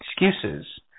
excuses